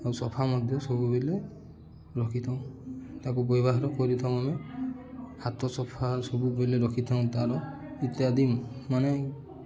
ଆଉ ସଫା ମଧ୍ୟ ସବୁବେଳେ ରଖିଥାଉ ତାକୁ ବ୍ୟବହାର କରିଥାଉ ଆମେ ହାତ ସଫା ସବୁବେଳେ ରଖିଥାଉ ତାର ଇତ୍ୟାଦି ମାନେ